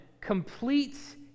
completes